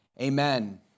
Amen